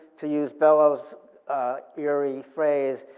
to use bellow's eerie phrase,